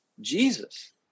Jesus